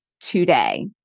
today